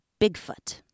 Bigfoot